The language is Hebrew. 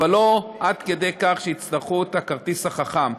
אבל לא עד כדי כך שיצטרכו את הכרטיס החכם,